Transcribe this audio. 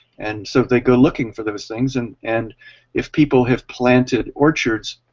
and so they go looking for those things and and if people have planted orchards,